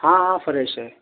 ہاں ہاں فریش ہے